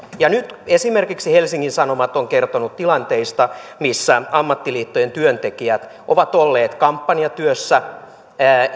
ja kertoa esimerkiksi helsingin sanomat on nyt kertonut tilanteista missä ammattiliittojen työntekijät ovat olleet kampanjatyössä